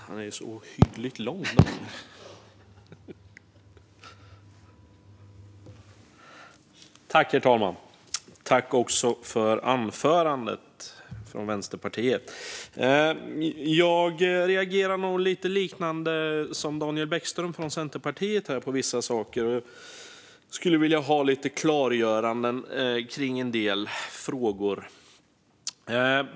Herr talman! Jag tackar för anförandet från Vänsterpartiet. Jag reagerar nog på lite liknande sätt som Daniel Bäckström från Centerpartiet gjorde på vissa saker. Jag skulle vilja ha klargöranden kring en del frågor.